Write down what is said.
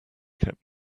kept